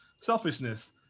selfishness